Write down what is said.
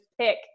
pick